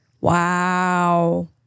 Wow